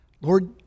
Lord